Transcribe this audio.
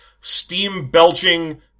steam-belching